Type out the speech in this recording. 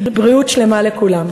בריאות שלמה לכולם.